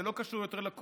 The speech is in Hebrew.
זה לא קשור יותר לקורונה,